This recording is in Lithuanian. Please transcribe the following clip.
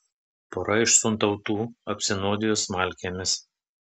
pora iš suntautų apsinuodijo smalkėmis